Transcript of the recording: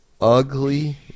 ugly